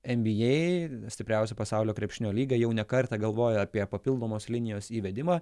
nba stipriausia pasaulio krepšinio lyga jau ne kartą galvojo apie papildomos linijos įvedimą